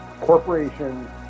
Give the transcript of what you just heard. corporations